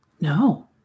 No